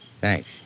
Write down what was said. Thanks